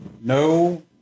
No